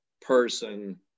person